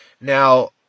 now